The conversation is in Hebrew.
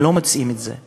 הם לא מוצאים את זה,